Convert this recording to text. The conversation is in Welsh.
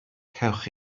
cewch